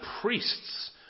priests